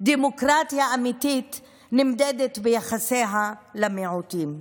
שדמוקרטיה אמיתית נמדדת ביחסיה למיעוטים.